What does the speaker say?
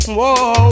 Whoa